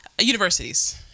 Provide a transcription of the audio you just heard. Universities